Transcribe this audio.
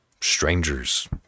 strangers